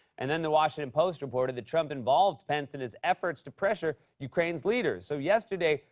and then the washington post reported that trump involved pence in his efforts to pressure ukraine's leader. so yesterday,